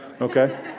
okay